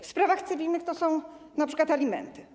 W sprawach cywilnych to są np. alimenty.